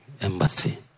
embassy